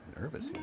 nervous